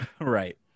right